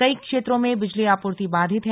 कई क्षेत्रों में बिजली आपूर्ति बाधित है